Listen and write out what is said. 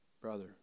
brother